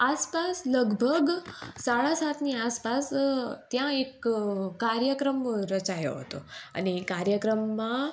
આસપાસ લગભગ સાડા સાતની આસપાસ ત્યાં એક કાર્યક્રમ રચાયો હતો અને કાર્યક્રમમાં